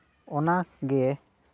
ᱚᱱᱟᱜᱮ